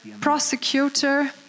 prosecutor